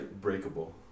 breakable